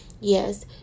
yes